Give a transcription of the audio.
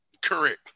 Correct